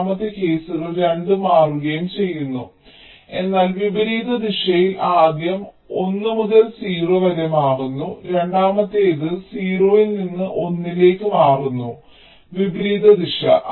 മൂന്നാമത്തെ കേസുകൾ രണ്ടും മാറുകയും ചെയ്യുന്നു എന്നാൽ വിപരീത ദിശയിൽ ആദ്യം ഒന്ന് മുതൽ 0 വരെ മാറുന്നു രണ്ടാമത്തേത് 0 ൽ നിന്ന് 1 ലേക്ക് മാറുന്നു വിപരീത ദിശ